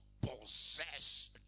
possess